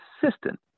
consistent